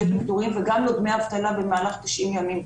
פיטורים וגם לא לדמי אבטלה במהלך 90 ימים.